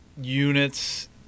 units